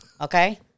okay